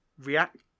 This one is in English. react